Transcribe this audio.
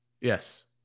Yes